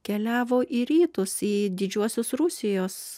keliavo į rytus į didžiuosius rusijos